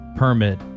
permit